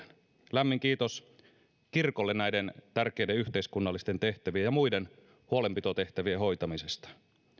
lämmin kiitos kirkolle näiden tärkeiden yhteiskunnallisten tehtävien ja muiden huolenpitotehtävien hoitamisesta